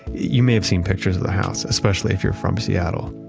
you may have seen pictures of the house especially if you're from seattle.